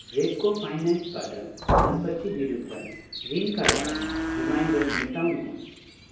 रेप्को फाइनेन्सबाट सम्पत्ति विरुद्ध ऋणका लागि रिमाइन्डर मेटाउनुहोस्